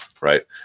right